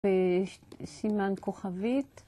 וסימן כוכבית.